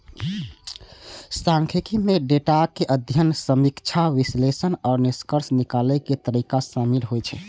सांख्यिकी मे डेटाक अध्ययन, समीक्षा, विश्लेषण आ निष्कर्ष निकालै के तरीका शामिल होइ छै